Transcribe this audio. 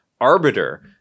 arbiter